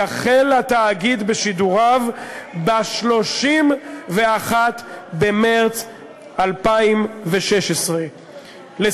שיחל התאגיד בשידוריו ב-31 במרס 2016. מה תגיד לנו,